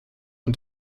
und